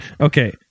Okay